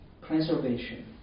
preservation